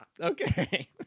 Okay